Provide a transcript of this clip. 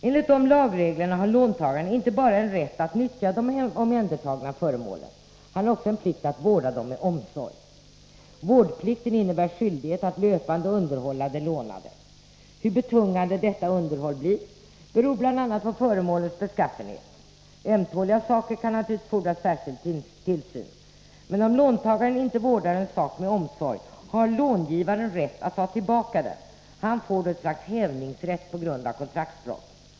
Enligt dessa lagregler har låntagaren inte bara en rätt att nyttja de omhändertagna föremålen. Han har också en plikt att vårda dem med omsorg. Vårdplikten innebär skyldighet att löpande underhålla det lånade. Hur betungande detta underhåll blir beror bl.a. på föremålens beskaffenhet; ömtåliga saker kan naturligtvis fordra särskild tillsyn. Men om låntagaren inte vårdar en sak med omsorg, har långivaren rätt att ta tillbaka den; han får då ett slags hävningsrätt på grund av kontraktsbrott.